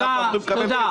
אנחנו צריכים לקבל